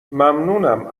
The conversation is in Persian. ممنونم